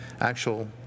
actual